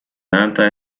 anti